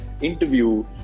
interview